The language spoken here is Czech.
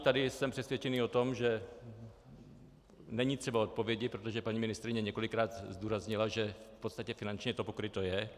Tady jsem přesvědčený o tom, že není třeba odpovědi, protože paní ministryně několikrát zdůraznila, že v podstatě finančně to pokryto je.